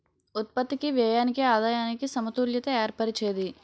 ఉత్పత్తికి వ్యయానికి ఆదాయానికి సమతుల్యత ఏర్పరిచేది